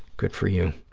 good for you.